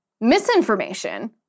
Misinformation